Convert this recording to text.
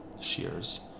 shears